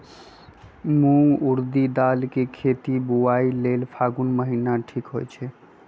मूंग ऊरडी दाल कें खेती बोआई लेल फागुन महीना ठीक होई छै